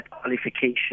qualification